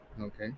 okay